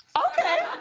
okay.